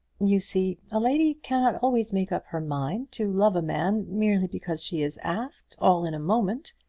you see a lady cannot always make up her mind to love a man, merely because she is asked all in a moment.